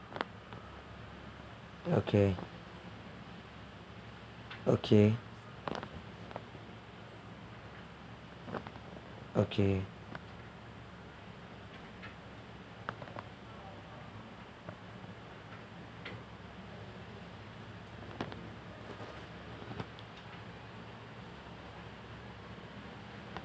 okay okay okay